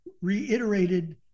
reiterated